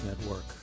Network